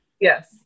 Yes